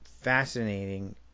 fascinating